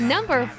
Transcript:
Number